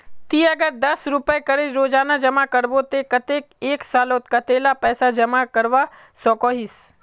ती अगर दस रुपया करे रोजाना जमा करबो ते कतेक एक सालोत कतेला पैसा जमा करवा सकोहिस?